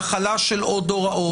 להכלה של עוד הוראות.